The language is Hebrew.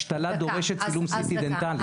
השתלה דורשת צילום CT דנטלי.